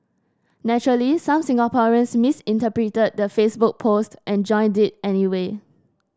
naturally some Singaporeans misinterpreted the Facebook post and joined it anyway